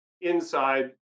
inside